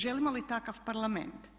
Želimo li takav Parlament?